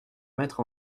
mettre